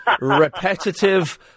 repetitive